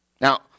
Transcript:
Now